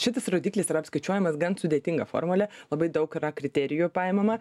šitas rodiklis apskaičiuojamas gan sudėtinga formulė labai daug yra kriterijų paimama